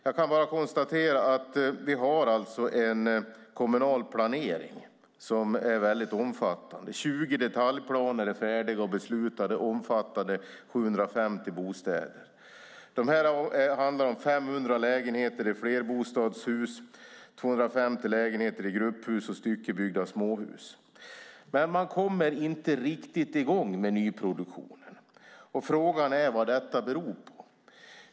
Jag kan bara konstatera att vi alltså har en kommunal planering som är väldigt omfattande. 20 detaljplaner är färdiga och beslutade, omfattande 750 bostäder. Det handlar om 500 lägenheter i flerbostadshus och 250 lägenheter i grupphus och styckebyggda småhus. Man kommer dock inte riktigt i gång med nyproduktion, och frågan är vad detta beror på.